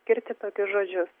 skirti tokius žodžius